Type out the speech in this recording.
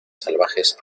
salvajes